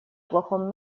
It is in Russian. плохом